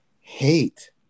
hate